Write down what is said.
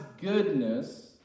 goodness